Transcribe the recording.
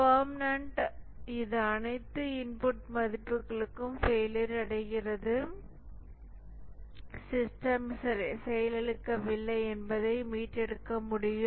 பர்ம னண்ட் இது அனைத்து இன்புட் மதிப்புகளுக்கும் ஃபெயிலியர் அடைகிறது சிஸ்டம் செயலிழக்கவில்லை என்பதை மீட்டெடுக்க முடியும்